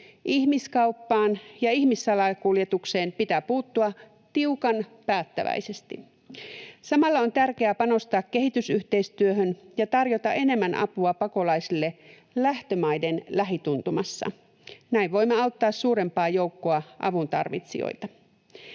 Ihmiskauppaan ja ihmissalakuljetukseen pitää puuttua tiukan päättäväisesti. Samalla on tärkeää panostaa kehitysyhteistyöhön ja tarjota enemmän apua pakolaisille lähtömaiden lähituntumassa. Näin voimme auttaa suurempaa joukkoa avuntarvitsijoita.